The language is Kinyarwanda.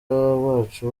bacu